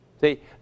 See